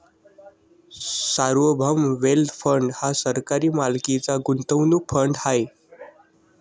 सार्वभौम wealth fund हा सरकारी मालकीचा गुंतवणूक फंड आहे